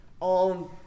on